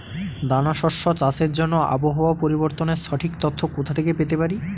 দানা শস্য চাষের জন্য আবহাওয়া পরিবর্তনের সঠিক তথ্য কোথা থেকে পেতে পারি?